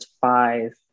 five